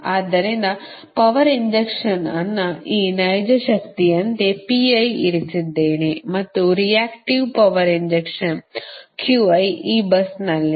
ಆದ್ದರಿಂದ power injection ಅನ್ನು ಈ ನೈಜ ಶಕ್ತಿಯಂತೆ ಇರಿಸಿದ್ದೇನೆ ಮತ್ತು ರಿಯಾಕ್ಟಿವ್ ಪವರ್ ಇಂಜೆಕ್ಷನ್ ಈ busನಲ್ಲಿದೆ